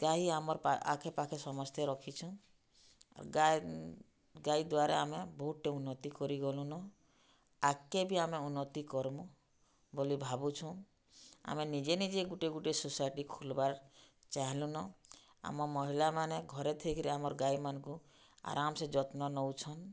ଗାଈ ଆମର୍ ପା ଆଖେ ପାଖେ ସମସ୍ତେ ରଖିଛନ୍ ଗାଏ ଗାଈ ଦ୍ୱାରା ଆମେ ବହୁତ୍ଟେ ଉନ୍ନତି କରିଗଲୁନ ଆଗ୍କେ ବି ଆମେ ଉନ୍ନତି କର୍ମୁ ବଲି ଭାବୁଛୁଁ ଆମେ ନିଜେ ନିଜେ ଗୁଟେ ଗୁଟେ ସୋସାଇଟି ଖୁଲ୍ବାର୍ ଚାହିଁଲୁନ ଆମ ମହିଳାମାନେ ଘରେ ଥାଇକିରି ଆମର୍ ଗାଈମାନଙ୍କୁ ଆରାମ୍ସେ ଯତ୍ନ ନଉଛନ୍